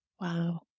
wow